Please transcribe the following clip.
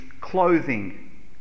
clothing